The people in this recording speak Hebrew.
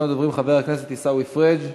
ראשון הדוברים, חבר הכנסת עיסאווי פריג',